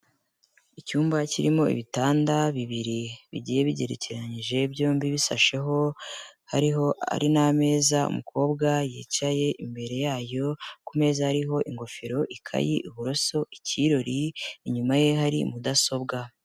Icyumba kirimo ibitanda bibiri bigiye bigerekeranyije byombi bisasheho, hariho hari n'ameza, umukobwa yicaye imbere yayo, kumeza hariho ingofero, ikayi, uburoso, icyirori, inyuma ye hari mudasobwa.